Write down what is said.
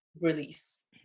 release